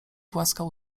głaskał